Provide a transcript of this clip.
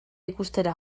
ikustera